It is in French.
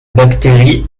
bactéries